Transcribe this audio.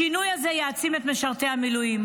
השינוי הזה יעצים את משרתי המילואים,